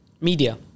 media